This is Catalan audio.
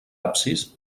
absis